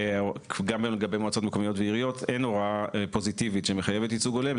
אין הוראה פוזיטיבית שמחייבת ייצוג הולם,